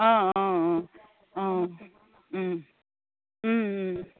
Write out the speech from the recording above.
অঁ অঁ অঁ অঁ